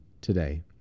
today